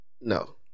no